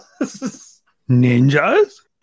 Ninjas